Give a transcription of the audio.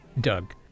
Doug